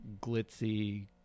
glitzy